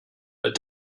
but